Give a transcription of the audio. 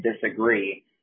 disagree